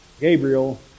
Gabriel